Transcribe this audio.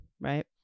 right